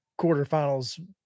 quarterfinals